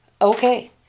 Okay